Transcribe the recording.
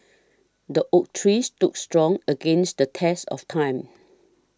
the oak tree stood strong against the test of time